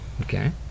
Okay